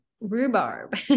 rhubarb